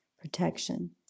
protection